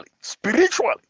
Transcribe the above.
spiritually